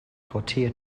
tortilla